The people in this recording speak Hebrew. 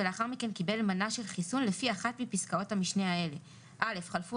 ולאחר מכן קיבל מנה של החיסון לפי אחת מפסקאות המשנה האלה : חלפו